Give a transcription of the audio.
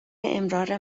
امرار